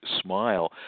smile